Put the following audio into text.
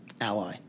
ally